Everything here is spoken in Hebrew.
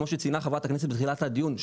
כמו שציינה חברת הכנסת בתחילת הדיון,